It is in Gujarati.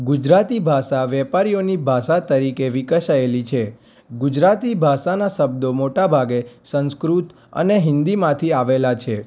ગુજરાતી ભાષા વેપારીઓની ભાષા તરીકે વિકસેલી છે ગુજરાતી ભાષાના શબ્દો મોટા ભાગે સંસ્કૃત અને હિન્દીમાંથી આવેલા છે